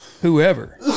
Whoever